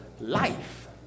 life